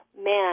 man